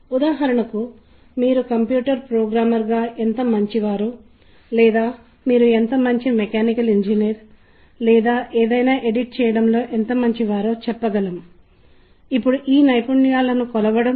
ఉదాహరణకు నేను ట్యాపింగ్ శబ్దం చేస్తాను మరియు నేను టేబుల్ని పెన్నుతో తాకినట్లు చెప్పడానికి మీరు వెంటనే దాన్ని అనుబంధించడానికి ప్రయత్నిస్తున్నారనుకోండి లేదా ఎవరైనా మందకొడిగా వినగలిగేలా అలాంటి శబ్దం చేస్తే మీరు వెంటనే ప్రయత్నిస్తారు